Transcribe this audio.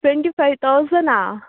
twenty five థౌజండా